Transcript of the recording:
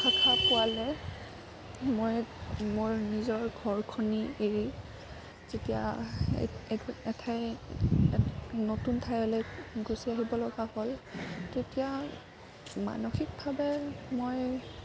শাখা পোৱালৈ মই মোৰ নিজৰ ঘৰখনি এৰি যেতিয়া এঠাই এ নতুন ঠাইলৈ গুছি আহিবলগীয়া হ'ল তেতিয়া মানসিকভাৱে মই